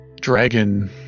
dragon